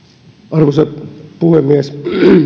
arvoisa puhemies